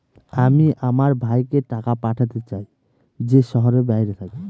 আমি আমার ভাইকে টাকা পাঠাতে চাই যে শহরের বাইরে থাকে